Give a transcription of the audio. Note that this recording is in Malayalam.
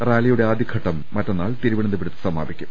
റാലി യുടെ ആദ്യഘട്ടം മറ്റന്നാൾ തിരുവനന്തപുരത്ത് സമാപിക്കും